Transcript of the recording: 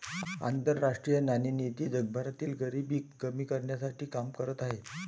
आंतरराष्ट्रीय नाणेनिधी जगभरातील गरिबी कमी करण्यासाठी काम करत आहे